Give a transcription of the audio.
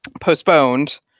postponed